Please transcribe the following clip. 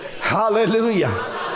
hallelujah